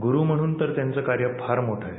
गूरु म्हणून तर त्यांचं कार्य फार मोठं आहे